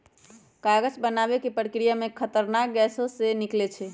कागज बनाबे के प्रक्रिया में खतरनाक गैसें से निकलै छै